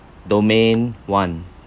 domain one